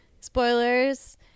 Spoilers